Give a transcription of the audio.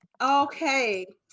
Okay